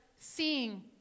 seeing